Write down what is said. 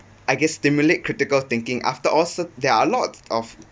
I guess stimulate critical thinking after all there are a lot of